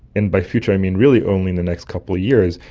and by future i mean really only in the next couple of years,